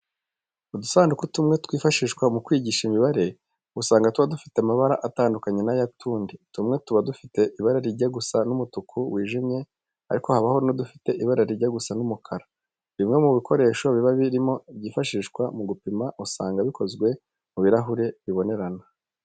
Udusanduku tumwe twifashishwa mu kwigisha imibare, usanga tuba dufite amabara atandukanye n'ay'utundi. Tumwe tuba dufite ibara rijya gusa n'umutuku wijimye ariko habaho n'udufite ibara rijya gusa n'umukara. Bimwe mu bikoresho biba birimo byifashishwa mu gupima, usanga bikozwe mu birahuri bibonerana.